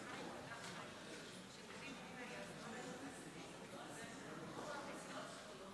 מצביעה יפעת שאשא ביטון, מצביעה אלון שוסטר,